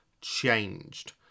changed